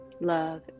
love